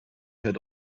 had